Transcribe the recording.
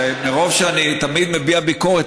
שמרוב שאני תמיד מביע ביקורת,